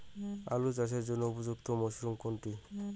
আলু চাষের জন্য উপযুক্ত মরশুম কোনটি?